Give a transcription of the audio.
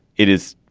it is.